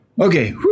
okay